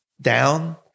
down